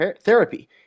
therapy